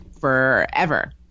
forever